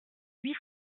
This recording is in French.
huit